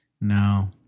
No